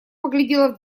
поглядела